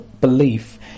belief